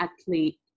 athlete